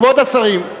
כבוד השרים,